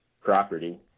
property